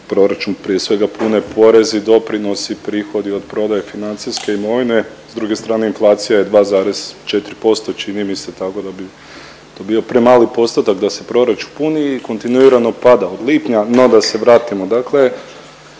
proračun prije svega pune porezi, doprinosi, prihodi od prodaje financijske imovine. S druge strane inflacija je 2,4% čini mi se tako da bi to bio premali postotak da se proračun puni i kontinuirano pada od lipnja. No da se vratimo,